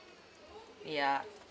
yeah